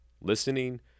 listening